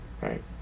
right